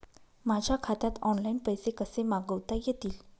माझ्या खात्यात ऑनलाइन पैसे कसे मागवता येतील?